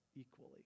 equally